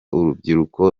urubyiruko